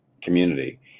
community